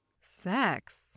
Sex